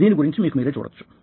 దీని గురించి మీకు మీరే చూడొచ్చు